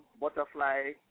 butterfly